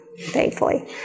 thankfully